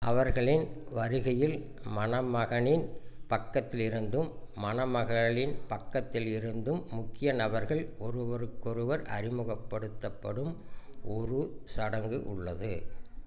அவர்களின் வருகையில் மணமகனின் பக்கத்திலிருந்தும் மணமகளின் பக்கத்திலிருந்தும் முக்கிய நபர்கள் ஒருவருக்கொருவர் அறிமுகப்படுத்தப்படும் ஒரு சடங்கு உள்ளது